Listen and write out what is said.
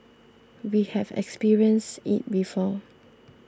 we have experienced it before